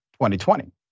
2020